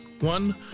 one